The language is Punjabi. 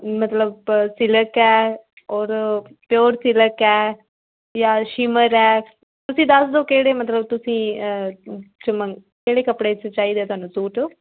ਮਤਲਬ ਸਿਲਕ ਹੈ ਔਰ ਪਿਓਰ ਸਿਲਕ ਹੈ ਜਾਂ ਸ਼ਿਮਰ ਹੈ ਤੁਸੀਂ ਦੱਸ ਦਿਓ ਕਿਹੜੇ ਮਤਲਬ ਤੁਸੀਂ ਮੰ ਕਿਹੜੇ ਕੱਪੜੇ 'ਚ ਚਾਹੀਦਾ ਏ ਤੁਹਾਨੂੰ ਸੂਟ